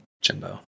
Jimbo